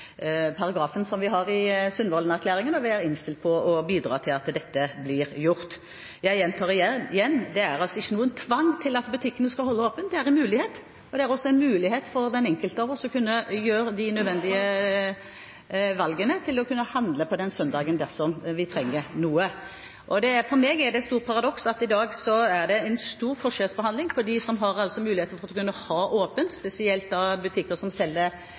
i Sundvolden-erklæringen, og vi er innstilt på å bidra til at dette blir gjort. Jeg gjentar: Det er ikke noen tvang for butikkene til å holde søndagsåpent, det er en mulighet. Det er også en mulighet for den enkelte av oss til å kunne gjøre de nødvendige valgene, og til å kunne handle på søndagen dersom vi trenger noe. For meg er det et stort paradoks at det i dag er en stor forskjellsbehandling mellom dem som har mulighet for å kunne ha åpent, spesielt butikker som selger